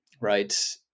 right